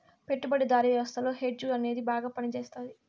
పెట్టుబడిదారీ వ్యవస్థలో హెడ్జ్ అనేది బాగా పనిచేస్తది